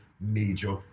major